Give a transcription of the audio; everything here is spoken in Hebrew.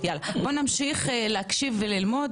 בואו נמשיך להקשיב וללמוד.